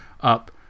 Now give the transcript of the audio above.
up